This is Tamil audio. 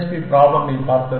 பி ப்ராப்லமைப் பார்த்தது